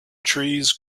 trees